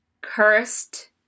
cursed